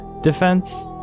defense